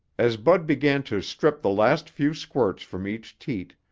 as bud began to strip the last few squirts from each teat,